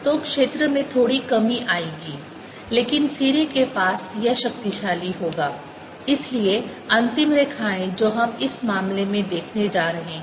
तो क्षेत्र में थोड़ी कमी आएगी लेकिन सिरे के पास यह शक्तिशाली होगा इसलिए अंतिम रेखाएं जो हम इस मामले में देखने जा रहे हैं